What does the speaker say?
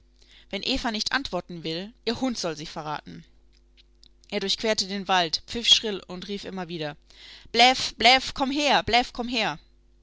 wenn eva nicht antworten will ihr hund soll sie verraten er durchquerte den wald pfiff schrill und rief immer wieder bläff bläff komm her bläff komm her